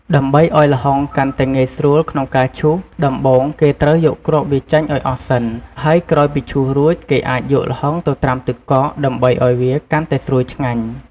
ដើម្បីឱ្យល្ហុងកាន់តែងាយស្រួលក្នុងការឈូស ដំបូងគេត្រូវយកគ្រាប់វាចេញឱ្យអស់សិន ហើយក្រោយពីឈូសរួច គេអាចយកល្ហុងទៅត្រាំទឹកកកដើម្បីឱ្យវាកាន់តែស្រួយឆ្ងាញ់។